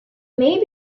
maybe